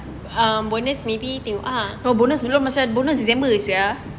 um bonus maybe can uh no bonus bila macam bonus december sia